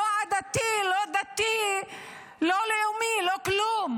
לא עדתי, לא דתי, לא לאומי, לא כלום.